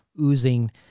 oozing